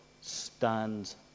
stands